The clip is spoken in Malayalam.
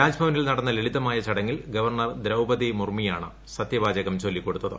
രാജ്ഭവനിൽ നടന്ന ലളിതമായ ചടങ്ങിൽ ഗവർണർ ദ്രൌപദി മുർമിയാണ് സത്യവാചകം ചൊല്ലി കൊടുത്തത്